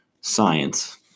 science